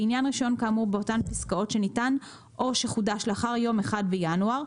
לעניין רישיון כאמור באותן פסקאות שניתן או שחודש לאחר יום 1 בינואר,